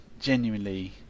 genuinely